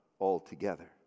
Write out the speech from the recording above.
altogether